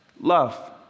Love